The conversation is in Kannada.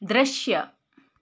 ದೃಶ್ಯ